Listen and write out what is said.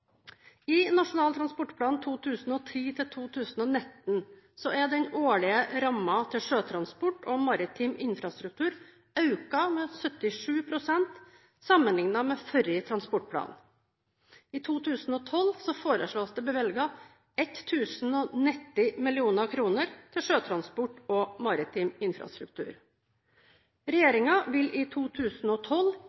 I Nasjonal transportplan for 2010–2019 er den årlige rammen til sjøtransport og maritim infrastruktur økt med 77 pst. sammenlignet med forrige transportplan. I 2012 foreslås det bevilget 1 090 mill. kr til sjøtransport og maritim infrastruktur.